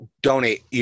donate